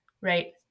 right